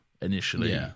initially